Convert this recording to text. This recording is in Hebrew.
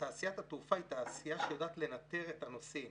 תעשיית התעופה היא תעשייה שיודעת לנטר את הנוסעים